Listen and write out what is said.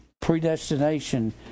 predestination